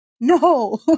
no